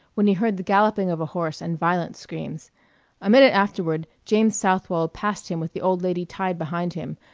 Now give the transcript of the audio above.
when he heard the galloping of a horse and violent screams a minute afterward james southwold passed him with the old lady tied behind him,